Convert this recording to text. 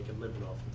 living of